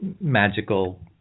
magical